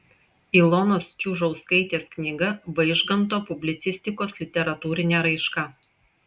ilonos čiužauskaitės knyga vaižganto publicistikos literatūrinė raiška